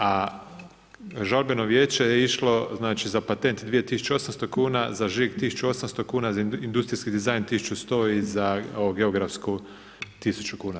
A žalbeno vijeće je išlo za patent 2 800 kuna, za žig 1 800 kuna, za industrijski dizajn 1 100 i za ovu geografsku 1 000 kuna.